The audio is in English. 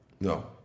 no